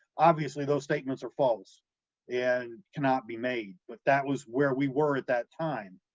obviously, those statements are false and cannot be made, but that was where we were at that time.